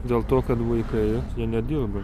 dėl to kad vaikai jie nedirba